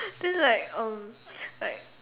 then like um like